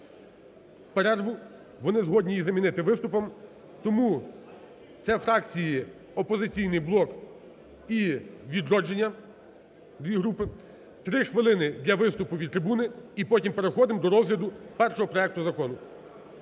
на перерву. Вони згодні її замінити виступом. Тому... Це фракції "Опозиційний блок" і "Відродження", дві групи. Три хвилини для виступу від трибуни і потім переходимо до розгляду першого проекту закону.